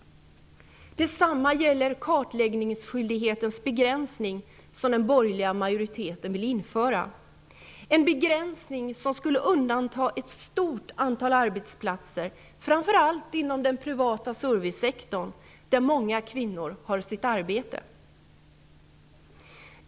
Detsamma gäller den begränsning av kartläggningsskyldigheten som den borgerliga majoriteten vill införa. Det är en begränsning som skulle undanta ett stort antal arbetsplatser från kartläggningen, framför allt inom den privata servicesektorn där många kvinnor har sitt arbete.